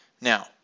Now